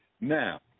now